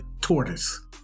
tortoise